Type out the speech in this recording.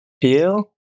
feel